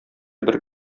бер